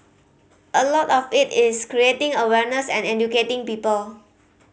a lot of it is creating awareness and educating people